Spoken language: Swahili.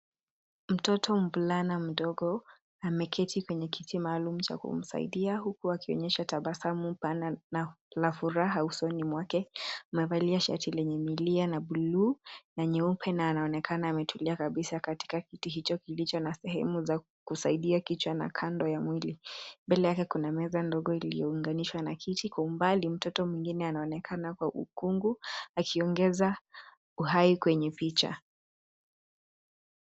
Mtoto mvulana mdogo ameketi kwenye kiti maalum. Anaonyesha tabasamu pana na la furaha usoni mwake. Mbele yake yamepakwa milia ya buluu na nyeupe, na anaonekana ametulia kabisa kwenye kiti hicho chenye sehemu za kusaidia kichwa na kando ya mwili. Pembeni kuna meza ndogo iliyounganishwa na kiti, na kwa mbali mtoto mwingine anaonekana kwa ukungu, akiongeza uhai kwenye picha.